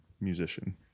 musician